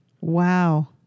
Wow